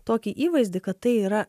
tokį įvaizdį kad tai yra